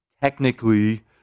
technically